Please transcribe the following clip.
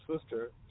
sister